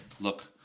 Look